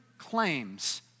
claims